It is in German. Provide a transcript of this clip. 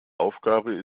aufgabe